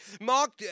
Mark